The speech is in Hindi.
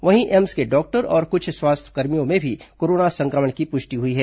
वहीं एम्स के डॉक्टर और कुछ स्वास्थ्यकर्मियों में भी कोरोना संक्रमण की पुष्टि हुई है